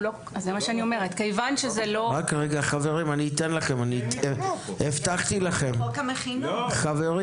כיוון שזה לא --- אבל זה מתוקף חוק, מיכאל.